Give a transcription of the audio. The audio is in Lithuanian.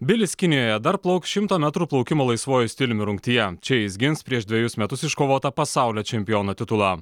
bilis kinijoje dar plauks šimto metrų plaukimo laisvuoju stiliumi rungtyje čia jis gins prieš dvejus metus iškovotą pasaulio čempiono titulą